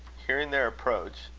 hearing their approach,